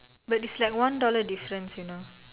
but it's like one dollar difference you know